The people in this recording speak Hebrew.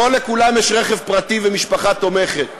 לא לכולם יש רכב פרטי ומשפחה תומכת,